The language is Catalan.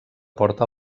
porta